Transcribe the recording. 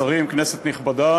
כבוד היושב-ראש, השרים, כנסת נכבדה,